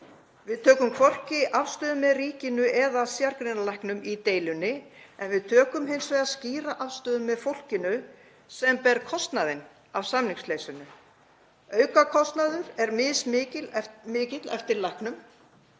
Við tökum hvorki afstöðu með ríkinu né sérgreinalæknum í deilunni en við tökum hins vegar skýra afstöðu með fólkinu sem ber kostnaðinn af samningsleysinu. Aukakostnaður er mismikill eftir læknum